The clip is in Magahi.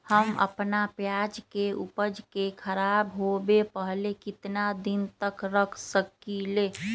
हम अपना प्याज के ऊपज के खराब होबे पहले कितना दिन तक रख सकीं ले?